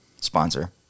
sponsor